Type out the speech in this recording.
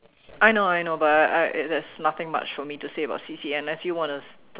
I know I know but I I there's nothing much for me to say about C_C_A unless you wanna